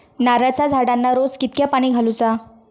नारळाचा झाडांना रोज कितक्या पाणी घालुचा?